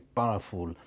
powerful